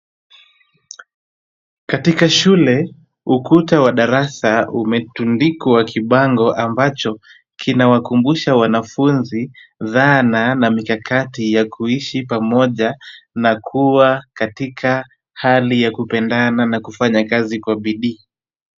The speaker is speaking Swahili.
Katika shule, ukuta wa darasa umetundikwa kibango, ambacho kinawakumbusha wanafunzi dhana na mikakati ya kuishi pamoja na kuwa katika hali ya kupendana na kufanya kazi kwa bidii.